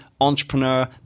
entrepreneur